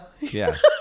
Yes